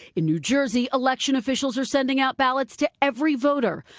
in new jersey, election officials are sending out ballots to every voter.